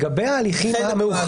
על חלק מההליכים.